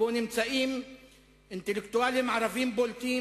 שבו נמצאים אינטלקטואלים ערבים בולטים,